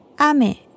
Ame